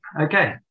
Okay